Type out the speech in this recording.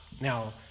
Now